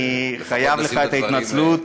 אני חייב לך את ההתנצלות.